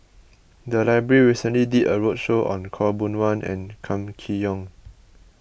the library recently did a roadshow on Khaw Boon Wan and Kam Kee Yong